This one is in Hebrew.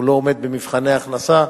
הוא לא עומד במבחני הכנסה,